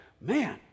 man